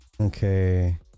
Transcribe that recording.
Okay